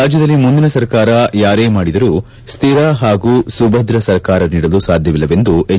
ರಾಜ್ಯದಲ್ಲಿ ಮುಂದಿನ ಸರ್ಕಾರ ಯಾರೇ ಮಾಡಿದರೂ ಸ್ವಿರ ಹಾಗೂ ಸುಭದ್ರ ಸರ್ಕಾರ ನೀಡಲು ಸಾಧ್ಯವಿಲ್ಲ ಎಂದು ಎಚ್